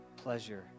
Pleasure